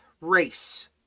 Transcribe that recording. race